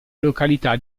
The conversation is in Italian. località